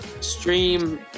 Stream